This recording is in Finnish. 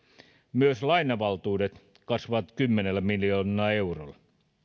myös lainavaltuudet kasvavat kymmenellä miljoonalla eurolla